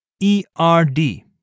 E-R-D